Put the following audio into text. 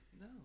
No